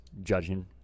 judging